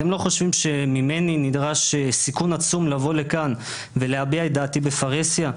אתם לא חושבים שממנו נדרש סיכון עצום לבוא לכאן ולהביע את דעתי בפרהסיה?